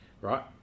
right